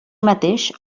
mateix